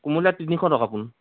কোমলীয়া তিনিশ টকা পোণ